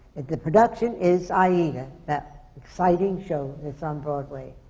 the production is aida, that exciting show that's on broadway.